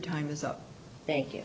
time is up thank you